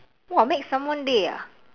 !whoa! make someone day ah